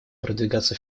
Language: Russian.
продвигаться